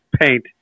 paint